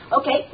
Okay